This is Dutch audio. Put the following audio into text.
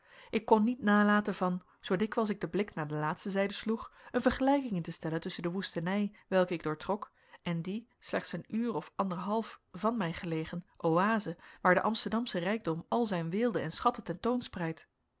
ik kon niet nalaten van zoo dikwijls ik den blik naar deze laatste zijde sloeg een vergelijking in te stellen tusschen de woestenij welke ik doortrok en die slechts een uur of anderhalf van mij gelegen oase waar de amsterdamsche rijkdom al zijn weelde en schatten